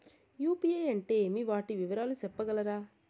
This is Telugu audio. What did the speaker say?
యు.పి.ఐ అంటే ఏమి? వాటి వివరాలు సెప్పగలరా?